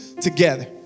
together